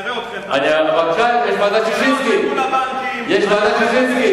נראה אתכם, מול הבנקים, יש ועדת-ששינסקי.